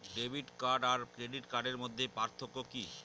Debit card আর credit কার্ডের মধ্যে পার্থক্য কি?